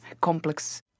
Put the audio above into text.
complex